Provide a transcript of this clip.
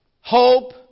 hope